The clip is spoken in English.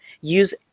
use